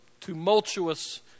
tumultuous